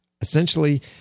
Essentially